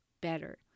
better